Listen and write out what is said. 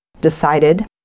decided